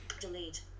Delete